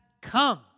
come